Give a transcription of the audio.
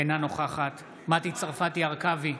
אינה נוכחת מטי צרפתי הרכבי,